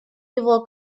его